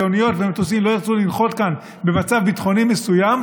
כי אוניות ומטוסים לא ירצו לנחות כאן במצב ביטחוני מסוים,